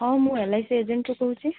ହଁ ମୁଁ L I C ଏଜେଣ୍ଟ୍ରୁ କହୁଛି